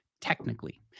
Technically